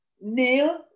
Neil